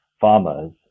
farmers